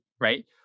right